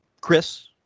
Chris